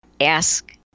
ask